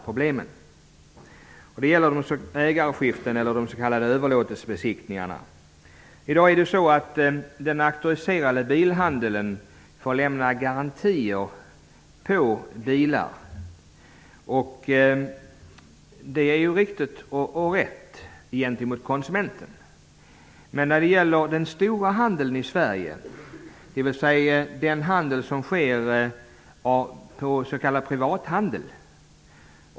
Problemen gäller ägarskiftena, eller de s.k. Den auktoriserade bilhandeln får lämna garantier på bilarna, vilket är rätt och riktigt gentemot konsumenten. Men den stora handeln i Sverige är den s.k. privathandeln.